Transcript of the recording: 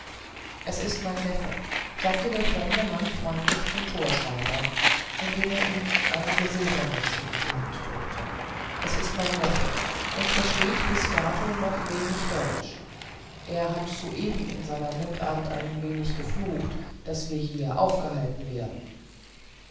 es ist mein neffe sagte der fremde mann freundlich zum torschreiber indem er ihm einige silbermünzen in die hand drückte es ist mein neffe und versteht bis dato noch wenig deutsch er hat soeben in seiner mundart ein wenig geflucht daß wir hier aufgehalten werden